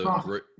Great